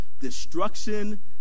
destruction